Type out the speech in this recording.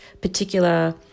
particular